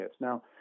Now